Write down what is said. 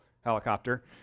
helicopter